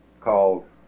called